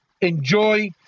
enjoy